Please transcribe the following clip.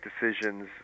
decisions